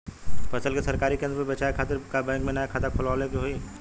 फसल के सरकारी केंद्र पर बेचय खातिर का बैंक में नया खाता खोलवावे के होई?